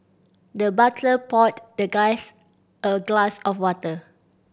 the butler poured the guest a glass of water